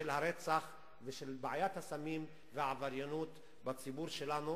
הרצח ושל בעיית הסמים והעבריינות בציבור שלנו,